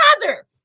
father